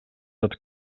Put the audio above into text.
dat